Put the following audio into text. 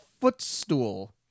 footstool